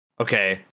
okay